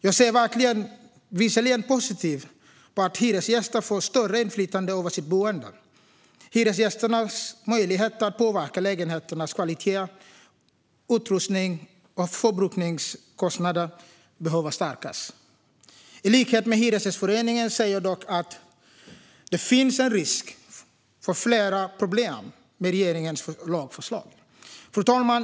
Jag ser visserligen positivt på att hyresgäster får större inflytande över sitt boende. Hyresgästernas möjligheter att påverka lägenhetens kvalitet, utrustning och förbrukningskostnader behöver stärkas. I likhet med Hyresgästföreningen ser jag dock att det finns en risk för flera problem med regeringens lagförslag.